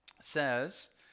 says